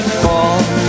fall